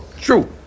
True